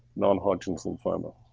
non hodgkin's lymphoma.